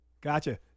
Gotcha